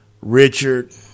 Richard